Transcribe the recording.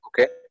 Okay